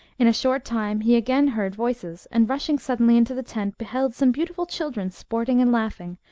in a short time he again heard voices, and, rushing suddenly into the tent, beheld some beautiful children sporting and laughing,